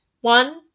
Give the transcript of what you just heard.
one